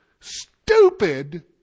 stupid